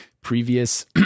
previous